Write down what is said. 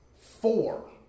four